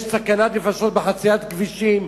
יש סכנת נפשות בחציית כבישים.